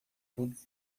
todos